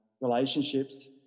relationships